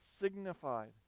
signified